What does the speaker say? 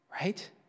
Right